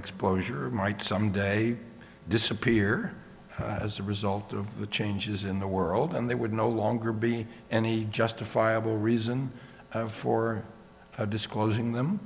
exposure might someday disappear as a result of the changes in the world and they would no longer be any justifiable reason for disclosing them